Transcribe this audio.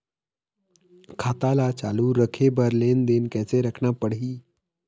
खाता ला चालू रखे बर लेनदेन कैसे रखना पड़ही?